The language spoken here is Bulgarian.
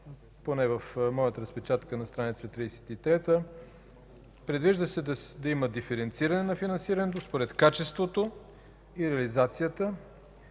поне в моята разпечатка е на стр. 33 – да има диференциране на финансирането според качеството и реализацията,